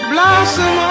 Blossom